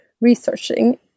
researching